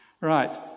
Right